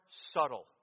subtle